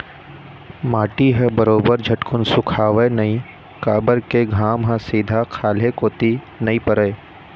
माटी ह बरोबर झटकुन सुखावय नइ काबर के घाम ह सीधा खाल्हे कोती नइ परय